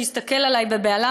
שהסתכל עלי בבהלה,